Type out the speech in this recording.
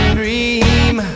dream